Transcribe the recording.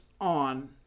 on